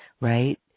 right